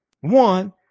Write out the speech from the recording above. One